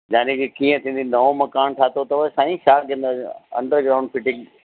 याने की कीअं थींदी नओ मकानु ठातो अथव साईं छा ॾिनो अंडरग्राउंड फ़िटिंग